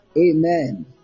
Amen